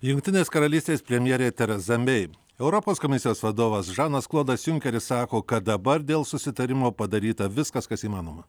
jungtinės karalystės premjerė tereza mei europos komisijos vadovas žanas klodas junkeris sako kad dabar dėl susitarimo padaryta viskas kas įmanoma